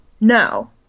no